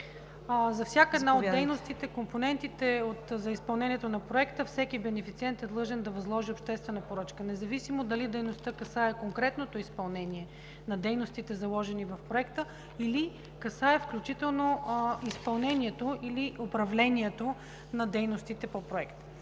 …за всяка една от дейностите, компонентите за изпълнението на проекта, всеки бенефициент е длъжен да възложи обществена поръчка, независимо дали дейността касае конкретното изпълнение на дейностите, заложени в проекта, или касае включително изпълнението или управлението на дейностите по проекта.